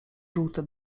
żółty